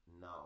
No